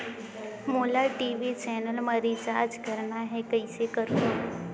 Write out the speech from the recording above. मोला TV channel मा recharge करना हे, कइसे करहुँ?